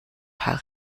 paar